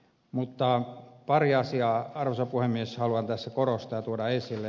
mutta paria asiaa arvoisa puhemies haluan tässä korostaa tuoda esille